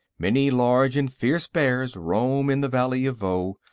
many large and fierce bears roam in the valley of voe,